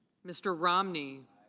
mr. romney.